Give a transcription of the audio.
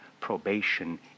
probation